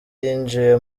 yinjiye